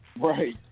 Right